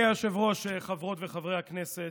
אדוני היושב-ראש, חברות וחברי הכנסת,